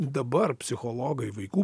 dabar psichologai vaikų